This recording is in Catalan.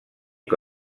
que